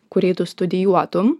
kurį tu studijuotum